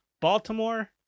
Baltimore